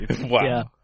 Wow